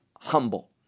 humble